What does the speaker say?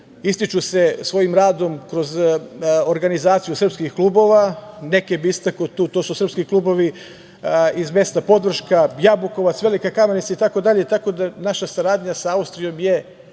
ističu se svojim radom kroz organizaciju srpskih klubova. Neke bih istakao. To su srpski klubovi iz mesta Prodrška, Jabukovac, Velika Kamenica itd. tako da je naša saradnja sa Austrijom je